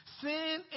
Sin